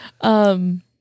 Um-